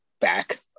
back